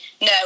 no